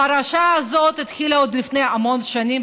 הפרשה הזאת התחילה עוד לפני המון שנים,